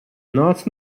nāc